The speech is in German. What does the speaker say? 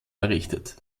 errichtet